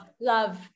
love